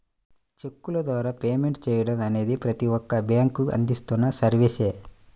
చెక్కుల ద్వారా పేమెంట్ చెయ్యడం అనేది ప్రతి ఒక్క బ్యేంకూ అందిస్తున్న సర్వీసే